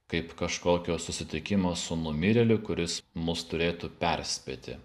kaip kažkokio susitikimo su numirėliu kuris mus turėtų perspėti